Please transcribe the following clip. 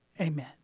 Amen